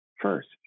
first